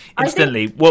instantly